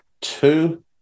two